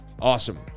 Awesome